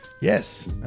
yes